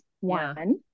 one